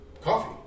Coffee